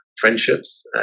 friendships